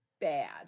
bad